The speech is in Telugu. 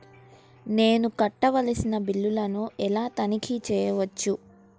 నేను కట్టవలసిన బిల్లులను ఎలా తనిఖీ చెయ్యవచ్చు?